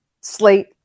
slate